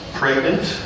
pregnant